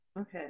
Okay